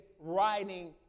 writing